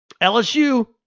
LSU